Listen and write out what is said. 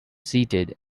seated